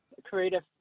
creative